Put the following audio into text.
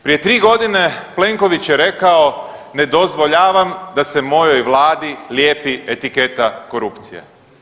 Prije 3 godine Plenković je rekao ne dozvoljavam da se mojoj vladi lijepi etiketa korupcije.